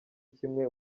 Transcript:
kimwe